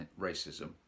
racism